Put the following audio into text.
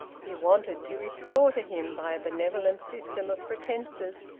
he wanted to restore to him, by a benevolent system of pretences,